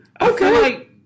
Okay